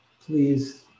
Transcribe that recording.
Please